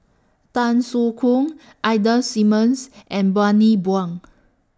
Tan Soo Khoon Ida Simmons and Bani Buang